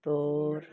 ਤੌਰ